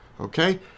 okay